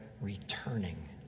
returning